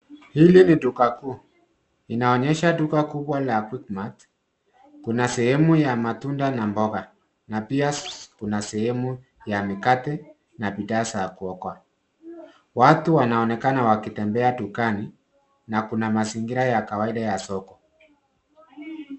Hili ni duka kuu. Inaonyesha duka kubwa la quickmart. Kuna sehemu ya matunda na mboga na pia kuna sehemu ya mikate na bidhaa za kuokwa. Watu wanaonekana wakitembea dukani na kuna mazingira ya kawaida ya soko.